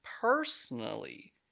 personally